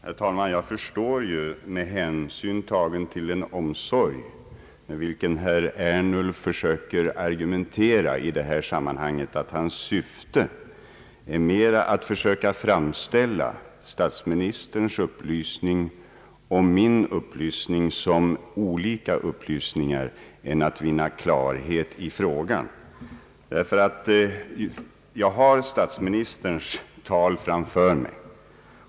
Herr talman! Jag förstår med hänsyn till den omsorg, med vilken herr Ernulf argumenterar i detta sammanhang, att hans syfte mera är att försöka framställa statsministerns upplysning och min upplysning som olika besked än att vinna klarhet i frågan. Jag har manuskriptet till statsministerns tal framför mig.